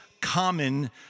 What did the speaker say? common